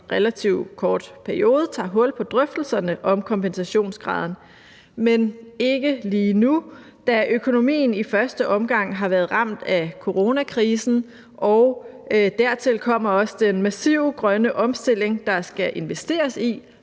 relativt kort periode tager hul på drøftelserne om kompensationsgraden, men ikke lige nu, da økonomien i første omgang har været ramt af coronakrisen, og dertil kommer også den massive grønne omstilling, der skal investeres i,